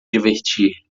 divertir